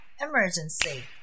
Emergency